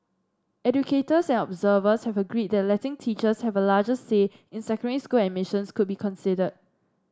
educators and observers have agreed that letting teachers have a larger say in secondary school admissions could be considered